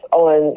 on